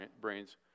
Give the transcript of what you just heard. brains